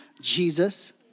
Jesus